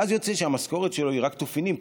ואז יוצא שהמשכורת שלו היא רק תופינים.